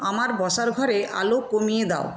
আমার বসার ঘরে আলো কমিয়ে দাও